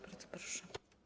Bardzo proszę.